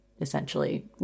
essentially